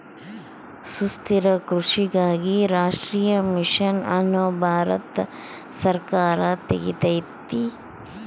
ಸುಸ್ಥಿರ ಕೃಷಿಗಾಗಿ ರಾಷ್ಟ್ರೀಯ ಮಿಷನ್ ಅನ್ನು ಭಾರತ ಸರ್ಕಾರ ತೆಗ್ದೈತೀ